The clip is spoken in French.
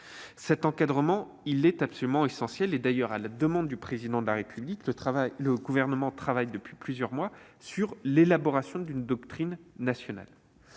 Cet encadrement est absolument essentiel. D'ailleurs, à la demande du Président de la République, le Gouvernement travaille depuis plusieurs mois à l'élaboration d'une doctrine nationale